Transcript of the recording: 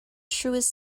truest